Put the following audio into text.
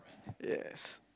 yes